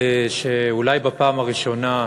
שאולי בפעם הראשונה,